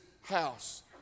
house